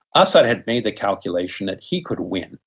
assad had made the calculation that he could win,